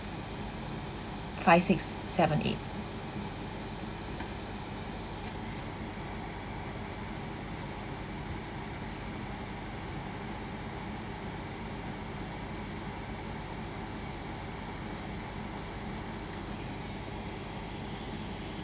five six seven eight